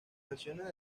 versiones